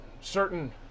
certain